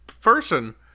person